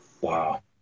Wow